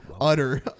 Utter